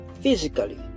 physically